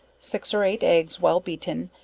six or eight eggs well beaten,